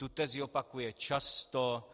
Tu tezi opakuje často.